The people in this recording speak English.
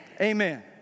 Amen